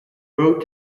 road